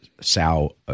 Sal –